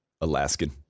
Alaskan